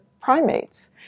primates